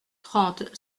trente